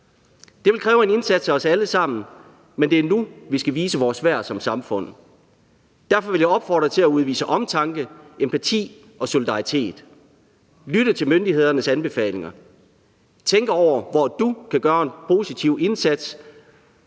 Det vil kræve en indsats af os alle sammen, men det er nu, vi skal vise vores værd som samfund. Derfor vil jeg opfordre til at udvise omtanke, empati og solidaritet – lytte til myndighedernes anbefalinger, tænke over, hvor du kan gøre en positiv indsats